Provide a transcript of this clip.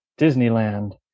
disneyland